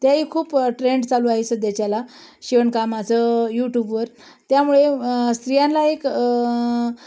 तेही खूप ट्रेंड चालू आहे सध्याच्याला शिवणकामाचं यूट्यूबवर त्यामुळे स्त्रियांला एक